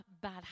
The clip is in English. bad